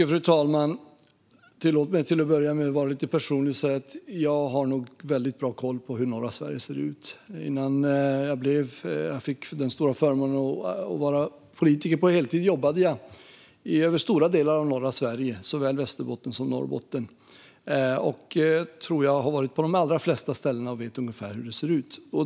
Fru talman! Tillåt mig att vara lite personlig och säga att jag nog har väldigt bra koll på hur norra Sverige ser ut. Innan jag fick den stora förmånen att vara politiker på heltid jobbade jag över stora delar av norra Sverige, såväl Västerbotten som Norrbotten. Jag tror att jag har varit på de allra flesta ställen och vet ungefär hur det ser ut.